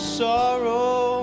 sorrow